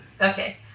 Okay